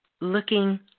Looking